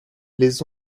les